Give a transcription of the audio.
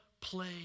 play